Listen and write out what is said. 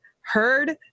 heard